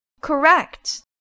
Correct